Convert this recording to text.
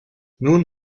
nun